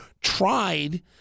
tried